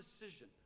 decision